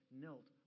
knelt